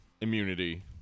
immunity